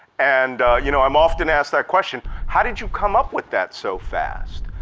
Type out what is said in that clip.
and you know, i'm often asked that question, how did you come up with that so fast?